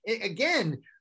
again